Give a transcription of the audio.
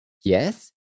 yes